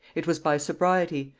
it was by sobriety,